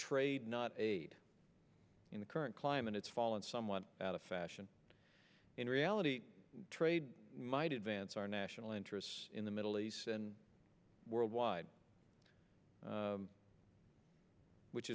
trade not aid in the current climate it's fallen someone out of fashion in reality trade might advance our national interests in the middle east and worldwide which